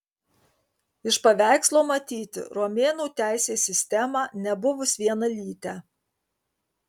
iš paveikslo matyti romėnų teisės sistemą nebuvus vienalytę